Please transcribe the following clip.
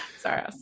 sorry